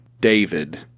david